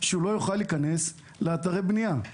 שהוא לא יוכל להיכנס לאתרי בנייה.